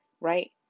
right